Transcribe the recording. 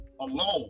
alone